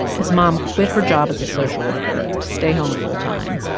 his mom quit her job as a social worker to stay home full-time.